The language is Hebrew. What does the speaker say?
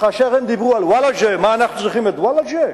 וכאשר דיברו על וולג'ה: מה אנחנו צריכים את וולג'ה?